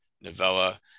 novella